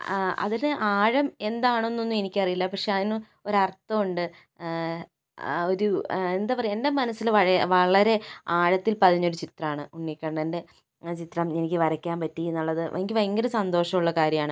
ആ അതിന് ആഴം എന്താണെന്നൊന്നും എനിക്കറിയില്ല പക്ഷേ അതിന് ഒര് അർത്ഥവുണ്ട് ആ ഒരു എന്താ പറയുക എൻ്റെ മനസ്സില് വഴ വളരെ ആഴത്തിൽ പതിഞ്ഞൊരു ചിത്രമാണ് ഉണ്ണി കണ്ണൻ്റെ ആ ചിത്രം എനിക്ക് വരയ്ക്കാൻ പറ്റി എന്നുള്ളത് എനിക്ക് ഭയങ്കര സന്തോഷമുള്ള കാര്യമാണ്